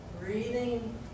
breathing